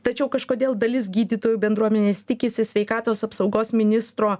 tačiau kažkodėl dalis gydytojų bendruomenės tikisi sveikatos apsaugos ministro